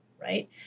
right